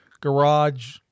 garage